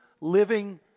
living